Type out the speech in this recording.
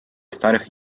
старых